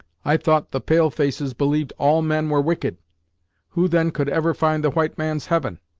i thought the pale-faces believed all men were wicked who then could ever find the white man's heaven?